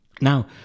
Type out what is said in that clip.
now